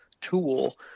tool